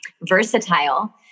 versatile